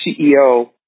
CEO